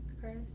Curtis